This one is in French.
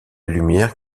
lumière